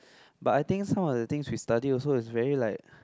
but I think some of the things we study also is very like